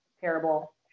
terrible